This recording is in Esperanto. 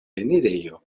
enirejo